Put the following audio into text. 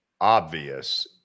obvious